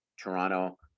Toronto